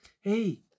Hey